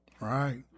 Right